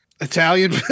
Italian